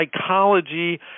psychology